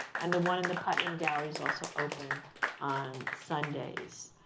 and the one in the putnam gallery is also open on sundays.